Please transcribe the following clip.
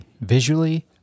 visually